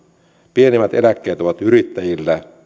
pienimmät eläkkeet ovat yrittäjillä